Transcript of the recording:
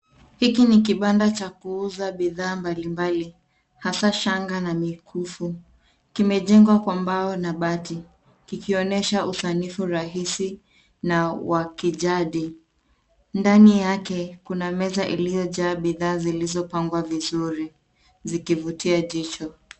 Hiki ni kibanda cha kuuza bidhaa mbalimbali hasa shanga na mikufu. Kimejengwa kwa mbao na bati, kikionyesha usanifu rahisi na wa kijadi. Ndani yake kuna meza iliyojaa bidhaa zilizopangwa vizuri zikivutia jicho.